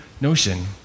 notion